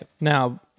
Now